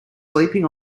sleeping